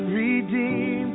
redeem